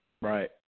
Right